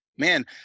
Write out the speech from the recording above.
Man